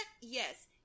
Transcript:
yes